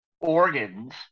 organs